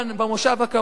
במושב הקרוב,